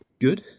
Good